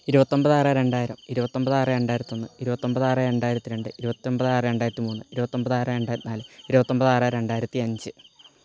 ഇരുപത്തി ഒൻപത് ആറ് രണ്ടായിരം ഇരുപത്തി ആറ് രണ്ടായിരത്തൊന്ന് ഇരുപത്തി ഒൻപത് ആറ് രണ്ടായിരത്തി രണ്ട് ഇരുപത്തി ഒൻപത് ആറ് രണ്ടായിരത്തി മൂന്ന് ഇരുപത്തി ഒൻപത് ആറ് രണ്ടായിരത്തി നാല് ഇരുപത്തി ഒൻപത് ആറ് രണ്ടായിരത്തി അഞ്ച്